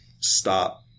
stop